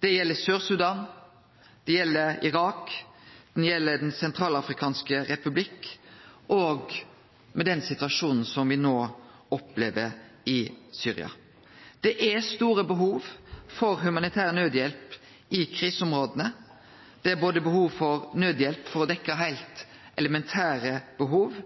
Det gjeld Sør-Sudan, det gjeld Irak, det gjeld Den sentralafrikanske republikk og den situasjonen me no opplever i Syria. Det er store behov for humanitær naudhjelp i kriseområda. Det er behov for naudhjelp for å dekkje heilt elementære behov